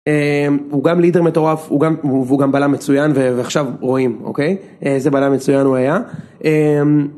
הוא גם לידר מטורף הוא גם והוא גם בלם מצוין ועכשיו רואים אוקיי איזה בלם מצוין הוא היה.